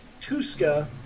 Tuska